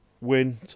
win